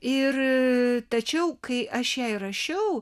ir tačiau kai aš jai rašiau